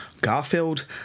Garfield